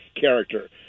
character